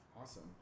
Awesome